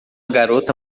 garota